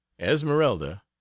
Esmeralda